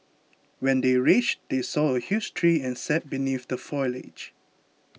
when they reached they saw a huge tree and sat beneath the foliage